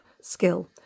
skill